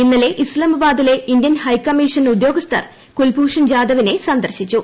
ഇന്നലെ ഇസ്താമാബാദിലെ Indian high commission ഉദ്യോഗസ്ഥർ കുൽഭൂഷൺ ജാദവിനെ സന്ദർശിച്ചു